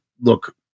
look